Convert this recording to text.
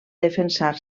defensar